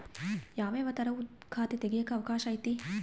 ಯಾವ್ಯಾವ ತರದುವು ಖಾತೆ ತೆಗೆಕ ಅವಕಾಶ ಐತೆ?